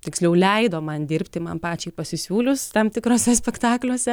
tiksliau leido man dirbti man pačiai pasisiūlius tam tikruose spektakliuose